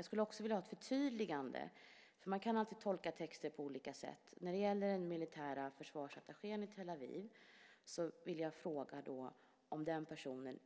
Jag skulle också vilja ha ett förtydligande, för man kan alltid tolka texter på olika sätt. När det gäller den militära försvarsattachén i Tel Aviv vill jag fråga om den personen